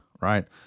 right